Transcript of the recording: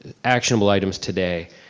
actionable items today,